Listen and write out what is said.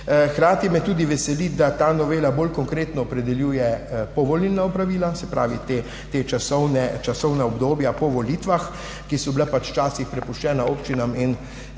Hkrati me tudi veseli, da ta novela bolj konkretno opredeljuje povolilna opravila, se pravi časovna obdobja po volitvah, ki so bila pač včasih prepuščena občinam in